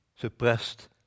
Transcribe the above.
suppressed